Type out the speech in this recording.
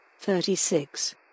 thirty-six